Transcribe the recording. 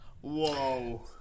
Whoa